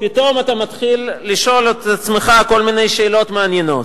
פתאום אתה מתחיל לשאול את עצמך כל מיני שאלות מעניינות.